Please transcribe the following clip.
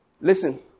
Listen